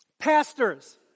Pastors